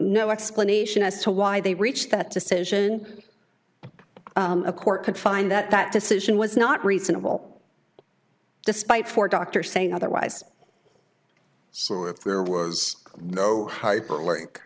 no explanation as to why they reached that decision a court could find that that decision was not reasonable despite four doctors saying otherwise so if there was no hard work